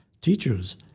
teachers